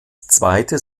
zweite